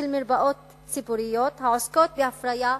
מרפאות ציבוריות העוסקות בהפריה חוץ-גופית.